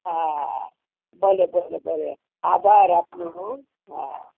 હા ભલે ભલે ભલે આભાર આપનો હો હા